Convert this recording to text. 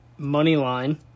Moneyline